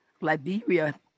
Liberia